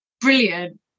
brilliant